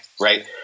right